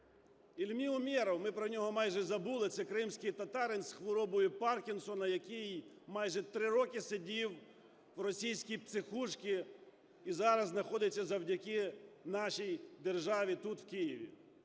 Ільмі Умеров, ми про нього майже забули, це кримський татарин з хворобою Паркінсона, який майже три роки сидів в російській психушці і зараз знаходиться завдяки нашій державі тут, в Києві.